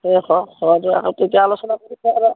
এই হয় তেতিয়া আলোচনা